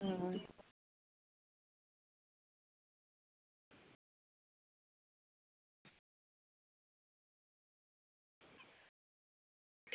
अं